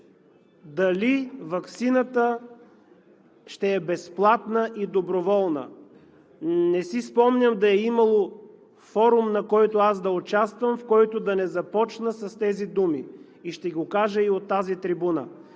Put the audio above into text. дали ваксината ще е безплатна и доброволна? Не си спомням да е имало форум, на който аз да участвам, в който да не започна с тези думи. Ще го кажа и от тази трибуна: